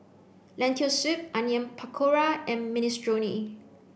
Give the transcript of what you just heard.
lentil soup Onion Pakora and Minestrone